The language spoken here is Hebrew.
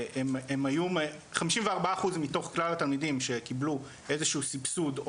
54 אחוז מתוך כלל התלמידים שקיבלו איזשהו סבסוד,